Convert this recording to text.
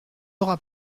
aura